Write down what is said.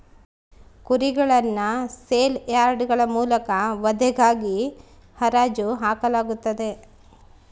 ಕುರಿಗಳನ್ನು ಸೇಲ್ ಯಾರ್ಡ್ಗಳ ಮೂಲಕ ವಧೆಗಾಗಿ ಹರಾಜು ಹಾಕಲಾಗುತ್ತದೆ